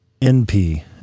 NP